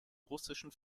russischen